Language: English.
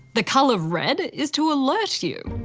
the colour red is to alert you.